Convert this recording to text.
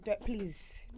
please